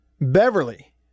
Beverly